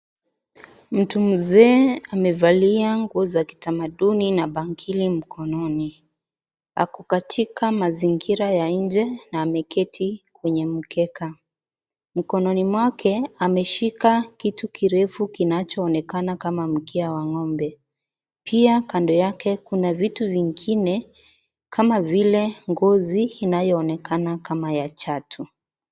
Mtu muzee amevalia nguo za kitamaduni na bangili mkononi. Ako katika mazingira ya nje na ameketi kwenye mkeka. Mkononi mwake ameshika kitu kirefu kinachoonekana kama mkia wang'ombe, pia kando yake kuna vitu vingine kama vile ngozi inayoonekana kama ya chatu.